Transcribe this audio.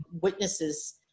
witnesses